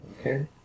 Okay